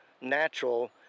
natural